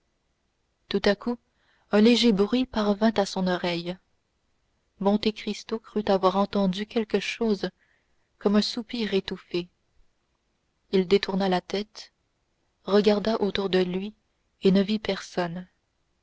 tout à coup un léger bruit parvint à son oreille monte cristo crut avoir entendu quelque chose comme un soupir étouffé il tourna la tête regarda autour de lui et ne vit personne